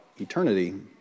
eternity